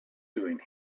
doing